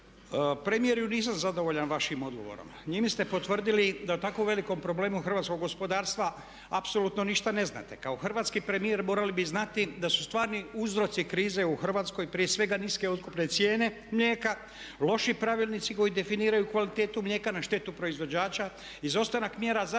Premijeru nisam zadovoljan vašim odgovorom. Njime ste potvrdili da o tako velikom problemu hrvatskog gospodarstva apsolutno ništa ne znate. Kao hrvatski premijer morali bi znati da su stvarni uzroci krize u Hrvatskoj prije svega niske otkupne cijene mlijeka, loši pravilnici koji definiraju kvalitetu mlijeka na štetu proizvođača, izostanak mjera zaštite